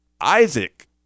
Isaac